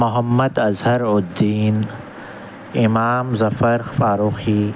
Muhammad Azharuddin Imam Zafar Farooqui